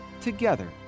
Together